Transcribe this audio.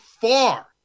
far